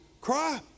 cry